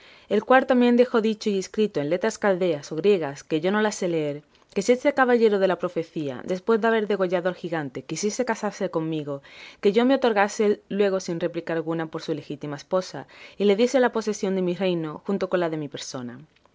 el cual también dejó dicho y escrito en letras caldeas o griegas que yo no las sé leer que si este caballero de la profecía después de haber degollado al gigante quisiese casarse conmigo que yo me otorgase luego sin réplica alguna por su legítima esposa y le diese la posesión de mi reino junto con la de mi persona